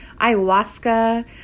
ayahuasca